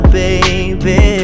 baby